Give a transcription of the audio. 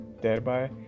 thereby